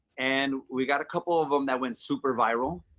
and we got a couple of them that went super viral.